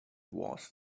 was